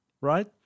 right